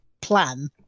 plan